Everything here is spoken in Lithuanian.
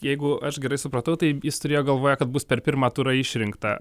jeigu aš gerai supratau tai jis turėjo galvoje kad bus per pirmą turą išrinkta